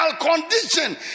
condition